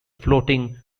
floating